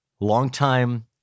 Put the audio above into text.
longtime